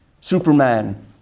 Superman